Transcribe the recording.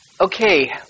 Okay